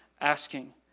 asking